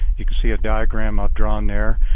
you can see a diagram i've drawn there.